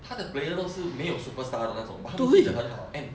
他的 player 都是没有 superstar 的那种 but 他们踢得很好 and